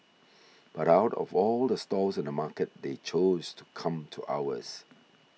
but out of all the stalls in the market they chose to come to ours